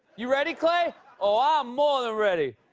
you ready, clay? oh, i'm more than ready.